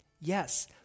Yes